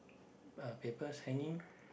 uh papers hanging